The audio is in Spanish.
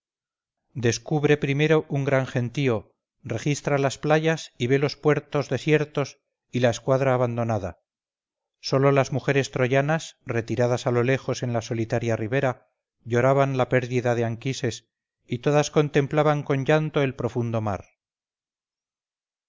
descubren primero un gran gentío registra las playas y ve los puertos desiertos y la escuadra abandonada sólo las mujeres troyanas retiradas a lo lejos en la solitaria ribera lloraban la pérdida de anquises y todas contemplaban con llanto el profundo mar